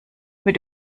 mit